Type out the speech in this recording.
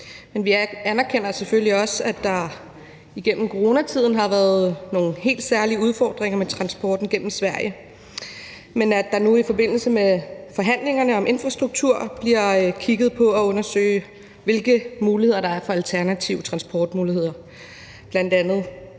vi anerkender selvfølgelig også, at der igennem coronatiden har været nogle helt særlige udfordringer med transporten gennem Sverige, og at der nu i forbindelse med forhandlingerne om infrastrukturen bliver kigget på at få undersøgt, hvilke muligheder der er for alternative transportmuligheder,